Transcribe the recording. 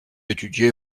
étudié